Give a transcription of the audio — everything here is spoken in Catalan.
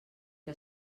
que